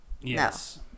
yes